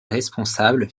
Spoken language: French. responsables